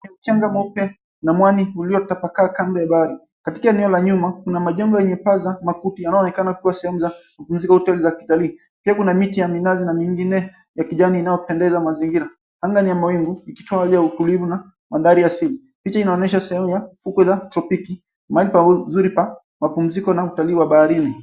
Mchanga mweupe na mwani uliotapakaa kabla ya bahari. Katika eneo la nyuma kuna majengo yenye paza makuti yanayoonekana kuwa sehemu za mapumziko ya hoteli za kitalii. Pia kuna miti ya minazi na mingine ya kijani inayopendeza mazingira. Anga ni ya mawingu ikitoa ule utulivu na mandhari ya siri. Picha inaonyesha sehemu ya fukwe la tropiki, mahali pazuri pa mapumziko na utalii wa baharini.